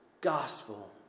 gospel